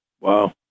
Wow